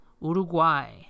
Uruguay